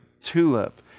tulip